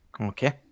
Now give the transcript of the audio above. Okay